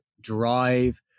drive